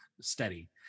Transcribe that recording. steady